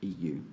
EU